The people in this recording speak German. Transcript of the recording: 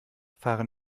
fahren